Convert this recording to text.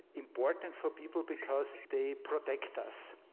important for people because they protect us.